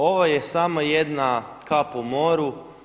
Ovo je samo jedna kap u moru.